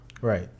Right